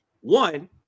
One